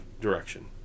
direction